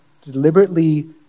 deliberately